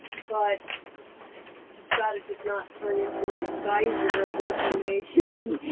but you've got to just not turn into a geyser of information,